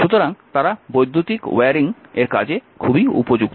সুতরাং তারা বৈদ্যুতিক ওয়্যারিং এর কাজে খুবই উপযুক্ত